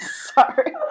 Sorry